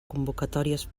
convocatòries